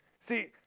See